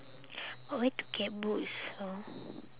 where to get boots from